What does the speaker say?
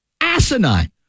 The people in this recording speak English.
asinine